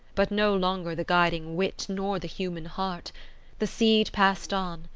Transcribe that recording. but no longer the guiding wit nor the human heart the seed passed on,